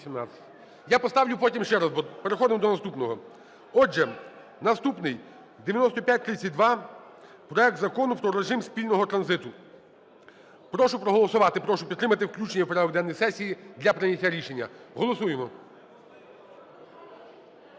Я поставлю потім ще раз. Переходимо до наступного. Отже, наступний – 9532: проект Закону про режим спільного транзиту. Прошу проголосувати і прошу підтримати включення в порядок денний сесії для прийняття рішення. Голосуємо.